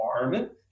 environment